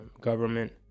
government